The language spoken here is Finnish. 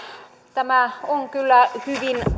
tämä on kyllä hyvin